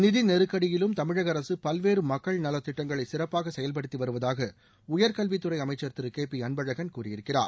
நிதி நெருக்கடியிலும் தமிழக அரசு பல்வேறு மக்கள் நலத்திட்டங்களை சிறப்பாக செயல்படுத்தி வருவதாக உயர்கல்வித் து றஅமைச்சா் திரு கே பி அன்பழகன் கூறியிருக்கிறார்